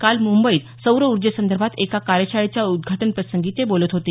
काल मुंबईत सौरऊर्जे संदर्भात एका कार्यशाळेच्या उद्घाटन प्रसंगी ते बोलत होते